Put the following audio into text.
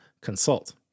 consult